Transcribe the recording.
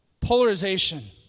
polarization